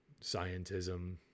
Scientism